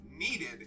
needed